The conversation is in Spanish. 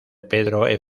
pedro